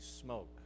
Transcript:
smoke